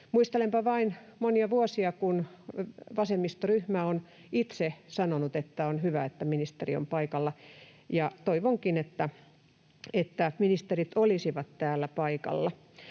Muistelenpa vain monia vuosia, kun vasemmistoryhmä on itse sanonut, että on hyvä, että ministeri on paikalla. Toivonkin, että ministerit olisivat täällä paikalla.